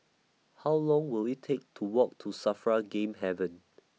How Long Will IT Take to Walk to SAFRA Game Haven